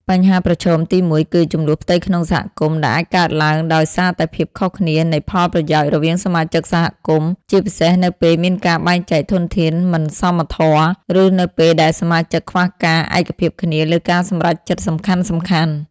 បញ្ហាប្រឈមទីមួយគឺ ជម្លោះផ្ទៃក្នុងសហគមន៍ ដែលអាចកើតឡើងដោយសារតែភាពខុសគ្នានៃផលប្រយោជន៍រវាងសមាជិកសហគមន៍ ជាពិសេសនៅពេលមានការបែងចែកធនធានមិនសមធម៌ ឬនៅពេលដែលសមាជិកខ្វះការឯកភាពគ្នាលើការសម្រេចចិត្តសំខាន់ៗ។